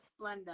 Splenda